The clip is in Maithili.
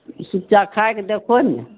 ई सुच्चा खाइके दखहो ने